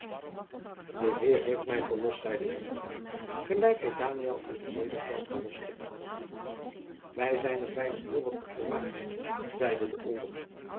de heer heeft mij verlost zeide de monnik gelijk hij daniël uit den leeuwenkuil verloste wij zijn er beiden heel wat op vermagerd zeide de